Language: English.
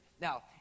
Now